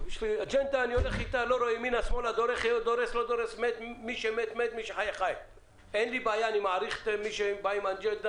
אג'נדה, אין לי בעיה עם זה.